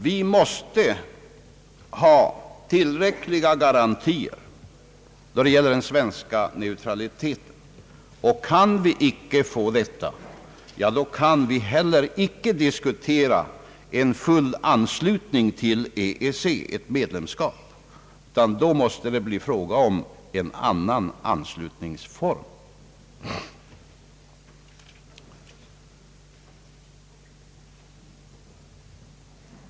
Vi måste ha tillräckliga garantier då det gäller den svenska neutraliteten. Kan vi icke få sådana garantier, kan vi heller icke diskutera ett fullt medlemskap i EEC, utan då måste det bli fråga om en annan anslutningsform.